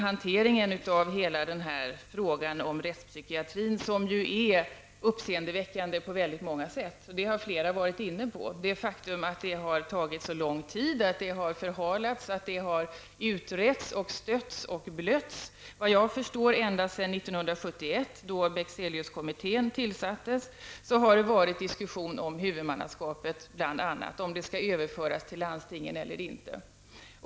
Hanteringen av frågan om rättspsykiatrin är uppseendeväckande på många sätt. Det har flera talare varit inne på. Det har tagit lång tid, det har förhalats, utretts och stötts och blötts. Såvitt jag förstår har det bl.a. varit diskussion om huvudmannaskapet och om det skall överföras till landstingen eller inte sedan år 1971 då Bexeliuskommittén tillsattes.